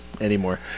anymore